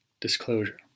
disclosure